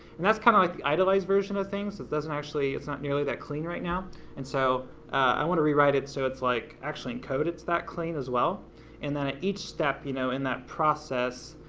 and that's kind of like the idealized version of things. it doesn't actually, it's not nearly that clean right now and so i want to rewrite it so it's like actually in code it's that clean as well and then at each step you know in that process,